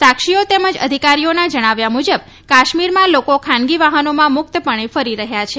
સાક્ષીઓ તેમજ અધિકારીઓના જણાવ્યા મુજબ કાશ્મીરમાં લોકો ખાનગી વાહનોમાં મુક્તપણે ફરી રહ્યા છે